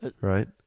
right